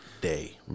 day